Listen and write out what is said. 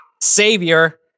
Savior